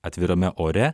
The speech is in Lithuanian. atvirame ore